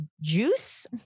juice